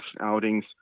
outings